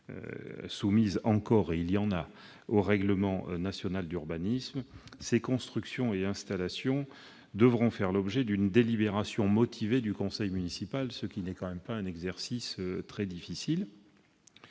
communes encore soumises au règlement national d'urbanisme, ces constructions et installations devront faire l'objet d'une délibération motivée du conseil municipal, ce qui n'est pas une condition très difficile